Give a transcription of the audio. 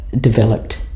developed